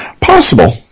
Possible